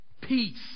peace